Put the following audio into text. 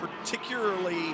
particularly